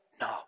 No